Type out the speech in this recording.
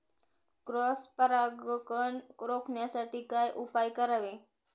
Cross परागकण रोखण्यासाठी काय उपाय करावे?